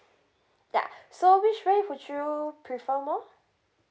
ya so which way would you prefer more